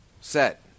set